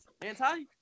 Anti